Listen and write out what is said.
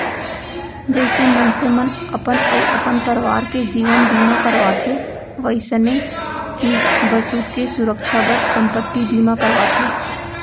जइसे मनसे मन अपन अउ अपन परवार के जीवन बीमा करवाथें वइसने चीज बसूत के सुरक्छा बर संपत्ति बीमा करवाथें